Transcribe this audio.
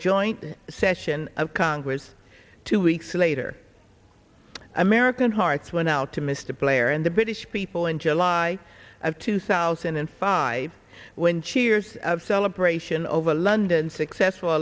joint session of congress two weeks later american hearts went out to mr blair and the british people in july of two thousand and five when cheers of celebration over london successful